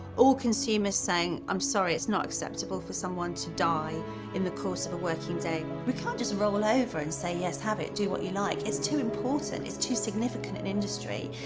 all consumers saying, i'm sorry, it's not acceptable for someone to die in the course of a working day. we can't just roll over and say, yes, have it. do what you like. it's too important, it's too significant an industry.